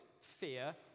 fear